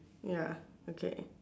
ya okay